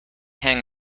hang